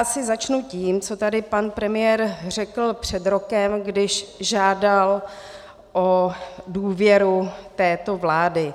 Asi začnu tím, co tady pan premiér řekl před rokem, když žádal o důvěru této vlády.